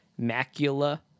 macula